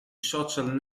social